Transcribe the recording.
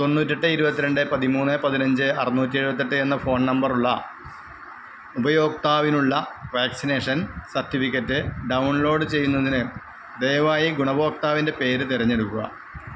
തൊണ്ണൂറ്റെട്ട് ഇരുപത്തിരണ്ട് പതിമൂന്ന് പതിനഞ്ച് അറുനൂറ്റി എഴുപത്തെട്ട് എന്ന ഫോൺ നമ്പർ ഉള്ള ഉപയോക്താവിനുള്ള വാക്സിനേഷൻ സർട്ടിഫിക്കറ്റ് ഡൗൺലോഡ് ചെയ്യുന്നതിന് ദയവായി ഗുണഭോക്താവിന്റെ പേര് തിരഞ്ഞെടുക്കുക